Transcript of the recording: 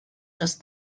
just